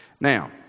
Now